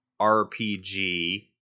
RPG